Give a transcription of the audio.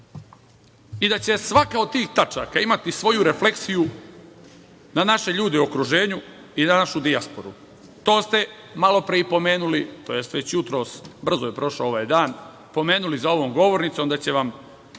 i da će svaka od tih tačaka imati svoju refleksiju na naše ljude u okruženju i na našu dijasporu. To ste malopre i pomenuli, tj. već jutros, brzo je prošao ovaj dan, pomenuli za ovom govornicom, da će vam